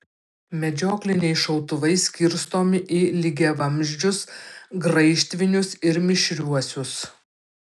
medžiokliniai šautuvai skirstomi į lygiavamzdžius graižtvinius ir mišriuosius